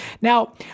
Now